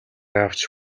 авч